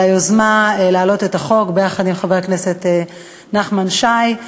על היוזמה להעלות את החוק יחד עם חבר הכנסת נחמן שי.